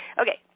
Okay